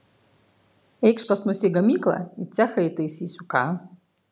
eikš pas mus į gamyklą į cechą įtaisysiu ką